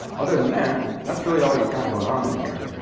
other than that, that's really all you've got going on in here.